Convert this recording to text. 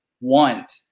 want